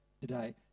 today